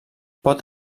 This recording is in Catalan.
pot